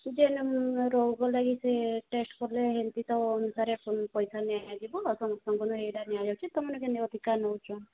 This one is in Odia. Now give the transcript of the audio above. ଯେନେ ରୋଗ ଲାଗି ସେ ଟେଷ୍ଟ କଲେ ଏନ୍ତି ତ ଅନୁସାରେ ପଇସା ନିଆଯିବ ସମସ୍ତଙ୍କୁ ଏଇଟା ନିଆଯାଉଛି ତୁମେ କେନେ ଅଧିକା ନେଉଛ